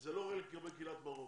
זה לא רק לגבי קהילת מרוקו,